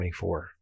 24